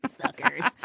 Suckers